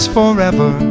forever